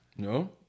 No